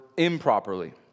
improperly